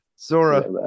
Zora